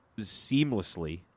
Seamlessly